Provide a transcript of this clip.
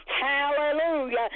hallelujah